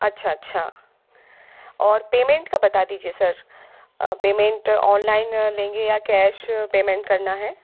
अच्छा अच्छा और पेमेंट का बता दीजिए सर पेमेंट ऑनलाइन लेंगे या कैश पेमेंट करना है